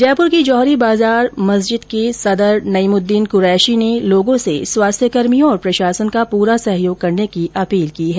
जयपुर की जौहरी बाजार मस्जिद के सदर नईमुद्दीन कुरैशी ने लोगों से स्वास्थ्यकर्मियों और प्रशासन का पूरा सहयोग करने की अपील की है